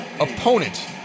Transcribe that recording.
opponent